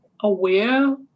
aware